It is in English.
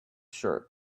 shirt